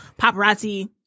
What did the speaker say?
paparazzi